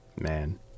Man